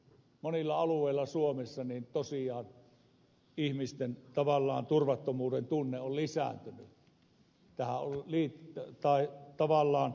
monilla alueilla suomessa tosiaan ihmisten turvattomuuden tunne on tavallaan lisääntynyt